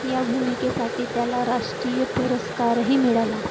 या भूमिकेसाठी त्याला राष्ट्रीय पुरस्कारही मिळाला